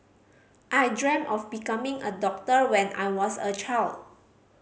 I dream of becoming a doctor when I was a child